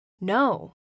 No